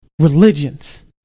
Religions